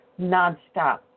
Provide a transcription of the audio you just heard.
nonstop